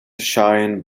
shine